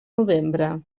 novembre